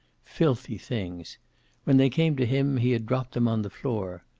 filthy things when they came to him he had dropped them on the floor.